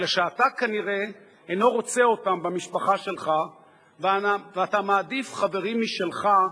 אלא שאתה כנראה אינך רוצה אותם במשפחה שלך ואתה מעדיף חברים משלך,